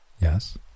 Yes